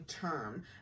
term